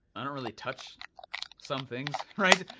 i don't really touch some things. right,